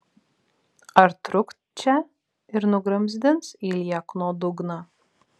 ar trukt čia ir nugramzdins į liekno dugną